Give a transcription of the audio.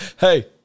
Hey